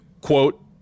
quote